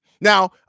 Now